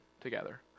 together